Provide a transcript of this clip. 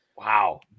Wow